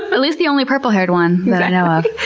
but least the only purple haired one that i know of.